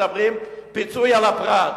מדברים על פיצוי על הפרט.